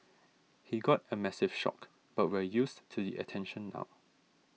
he got a massive shock but we're used to the attention now